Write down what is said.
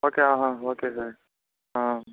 okay okay